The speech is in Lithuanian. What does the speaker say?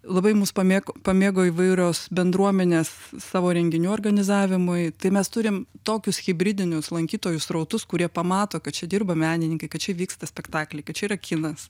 labai mus pamėgo pamėgo įvairios bendruomenės savo renginių organizavimui tai mes turime tokius hibridinius lankytojų srautus kurie pamato kad čia dirba menininkai kad čia vyksta spektakliai kad čia yra kinas